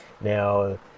now